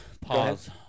pause